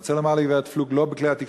אני רוצה לומר לגברת פלוג: לא בכלי-התקשורת